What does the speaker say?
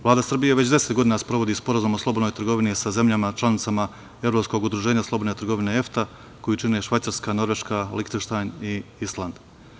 Vlada Srbije već deset godina sprovodi sporazum o slobodnoj trgovini sa zemljama članicama Evropskog udruženja slobodne trgovine EFTA koju čine Švajcarska, Norveška, Lihtenštajn i Island.